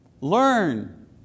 Learn